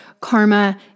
karma